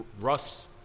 Russ